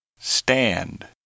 stand